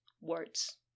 words